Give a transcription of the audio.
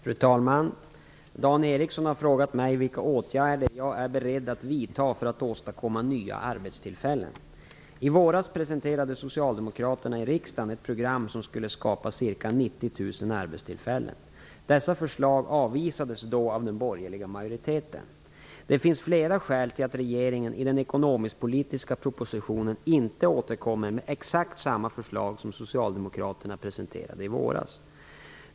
Fru talman! Dan Ericsson har frågat mig vilka åtgärder jag är beredd att vidta för att åstadkomma nya arbetstillfällen. I våras presenterade socialdemokraterna i riksdagen ett program som skulle skapa ca 90 000 arbetstillfällen. Dessa förslag avvisades då av den borgerliga majoriteten. Det finns flera skäl till att regeringen i den ekonomisk-politiska propositionen inte återkommer med exakt samma förslag som socialdemokraterna presenterade i våras.